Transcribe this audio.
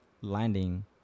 landing